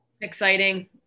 exciting